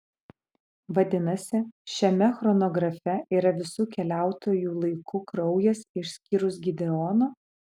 vadinasi šiame chronografe yra visų keliautojų laiku kraujas išskyrus gideono